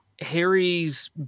Harry's